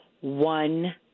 One